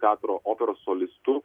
teatro operos solistų